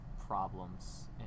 problems